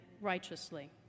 righteously